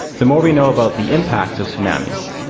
the more we know about the impacts of tsunamis,